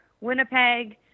Winnipeg